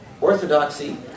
Orthodoxy